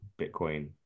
Bitcoin